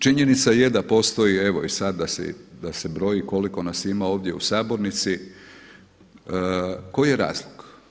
Činjenica je da postoji, evo i sada da se broji koliko nas ima ovdje u sabornici, koji je razlog?